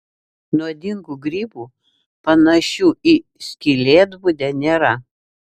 nuodingų grybų panašių į skylėtbudę nėra